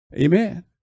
Amen